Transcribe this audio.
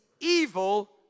Evil